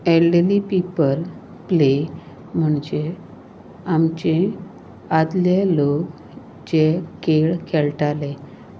elderly people play म्हणजे आमचे आदले लोक जे खेळ खेळटाले